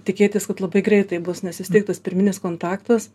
tikėtis kad labai greitai bus nes vis tiek tas pirminis kontaktas